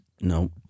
No